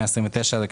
ה-129 מיליון ש"ח,